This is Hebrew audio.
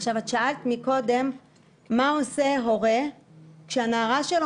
שאלת מקודם מה עושה הורה שהנערה שלו